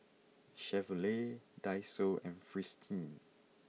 Chevrolet Daiso and Fristine